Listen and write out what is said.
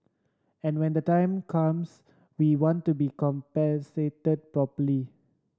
and when the time comes we want to be compensated properly